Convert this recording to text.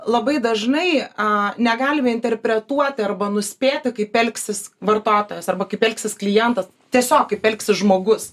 labai dažnai a negalime interpretuoti arba nuspėti kaip elgsis vartotojas arba kaip elgsis klientas tiesiog kaip elgsis žmogus